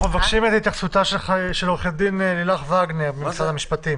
אנחנו מבקשים את התייחסותה של עורכת הדין לילך וגנר ממשרד המשפטים.